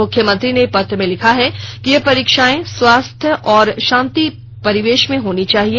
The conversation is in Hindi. मुख्यमंत्री ने पत्र में लिखा है कि यह परीक्षाएं स्वस्थ्य और शांत परिवेश में होनी चाहिए